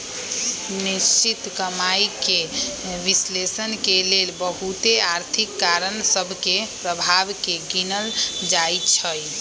निश्चित कमाइके विश्लेषण के लेल बहुते आर्थिक कारण सभ के प्रभाव के गिनल जाइ छइ